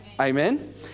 Amen